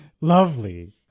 Lovely